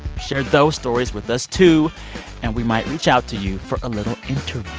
share those stories with us, too, and we might reach out to you for a little interview.